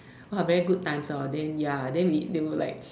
!wah! very good times hor then ya then we they will like